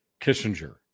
Kissinger